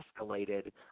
escalated